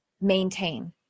maintain